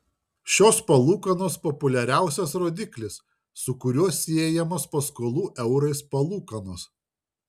šios palūkanos populiariausias rodiklis su kuriuo siejamos paskolų eurais palūkanos